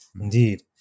Indeed